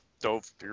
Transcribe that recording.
dove